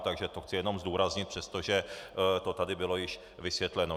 Takže to chci jenom zdůraznit, přestože to tady bylo již vysvětleno.